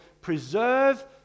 preserve